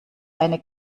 eine